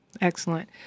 Excellent